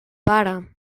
pare